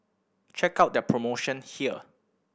check out their promotion here